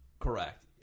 Correct